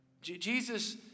Jesus